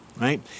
right